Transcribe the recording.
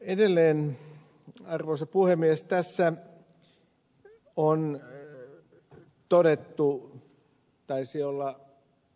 edelleen arvoisa puhemies tässä on todettu taisi olla ed